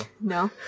No